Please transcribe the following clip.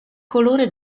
colore